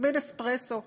הזמין אספרסו,